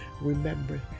remember